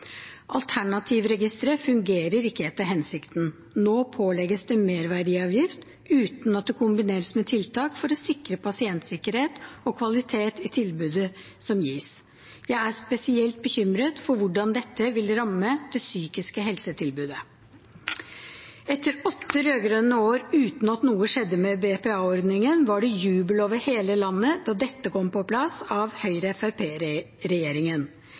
Alternativregisteret fungerer ikke etter hensikten. Nå pålegges det merverdiavgift uten at det kombineres med tiltak for å sikre pasientsikkerhet og kvalitet i tilbudet som gis. Jeg er spesielt bekymret for hvordan dette vil ramme det psykiske helsetilbudet. Etter åtte rød-grønne år uten at noe skjedde med BPA-ordningen, var det jubel over hele landet da dette kom på plass